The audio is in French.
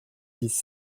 dix